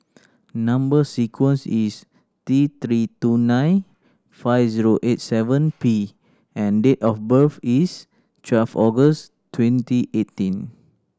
number sequence is T Three two nine five zero eight seven P and date of birth is twelve August twenty eighteen